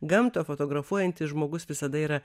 gamtą fotografuojantis žmogus visada yra